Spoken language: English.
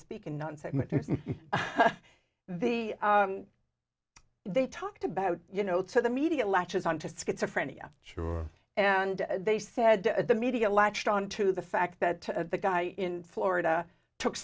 speak in one segment the they talked about you know to the media latches on to schizophrenia sure and they said the media latched onto the fact that the guy in florida took